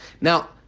Now